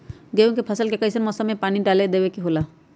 गेहूं के फसल में कइसन मौसम में पानी डालें देबे के होला?